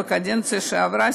בקדנציה שעברה,